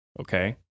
Okay